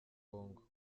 congo